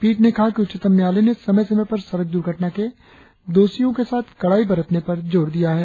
पीठ ने कहा कि उच्चतम न्यायालय ने समय समय पर सड़क द्र्घटना के दोषियों के साथ कड़ाई बरतने पर जोर दिया है